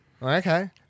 Okay